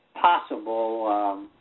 possible